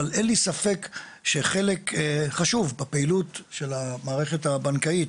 אבל אין לי ספק שחלק חשוב בפעילות של המערכת הבנקאית